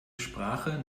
sprache